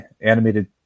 animated